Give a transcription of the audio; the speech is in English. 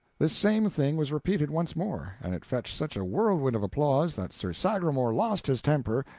this same thing was repeated once more and it fetched such a whirlwind of applause that sir sagramor lost his temper,